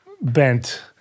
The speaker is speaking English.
bent